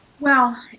well,